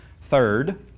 third